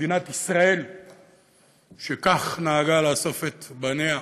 למדינת ישראל שכך נהגה, לאסוף את בניה.